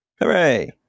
hooray